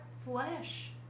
flesh